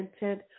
intent